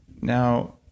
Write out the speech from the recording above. now